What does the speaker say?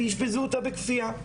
ואשפזו אותה בכפייה.